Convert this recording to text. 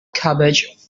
cabbage